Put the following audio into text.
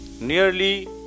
nearly